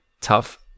tough